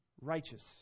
Righteous